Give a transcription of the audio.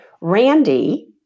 Randy